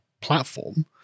platform